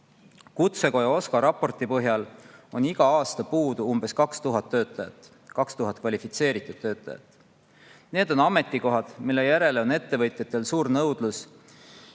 Kutsekoja OSKA raporti põhjal on iga aasta puudu umbes 2000 kvalifitseeritud töötajat. Need on ametikohad, mille järele on ettevõtjatel suur nõudlus